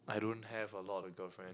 I don't have a lot of girlfriend